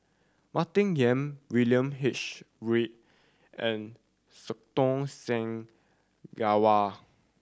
Martin Yan William H Read and Santokh Singh Grewal